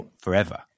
forever